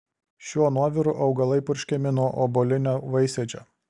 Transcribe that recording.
šiuo nuoviru augalai purškiami nuo obuolinio vaisėdžio